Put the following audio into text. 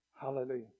Hallelujah